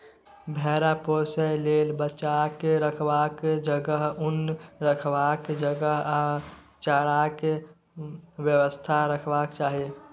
भेरा पोसय लेल बच्चाक रखबाक जगह, उन रखबाक जगह आ चाराक बेबस्था हेबाक चाही